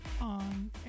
on